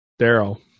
Daryl